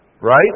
right